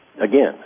Again